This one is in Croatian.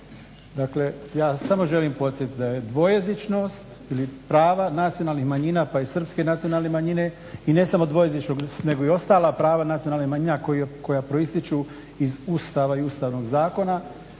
Dakle ja samo želim podsjetiti da je dvojezičnost ili prava nacionalnih manjina pa i srpske nacionalne manjine i ne samo dvojezičnost nego i ostala prava nacionalnih manjina koja proističu iz Ustava i Ustavnog zakona